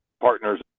partners